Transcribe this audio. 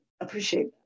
Appreciate